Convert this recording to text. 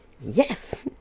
Yes